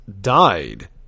died